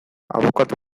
abokatu